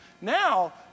Now